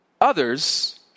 others